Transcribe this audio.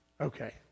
Okay